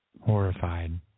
Horrified